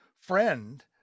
friend